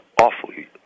awfully